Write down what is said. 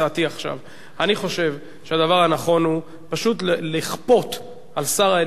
אני חושב שהדבר הנכון הוא פשוט לכפות על שר האנרגיה והמים לבוא,